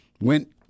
went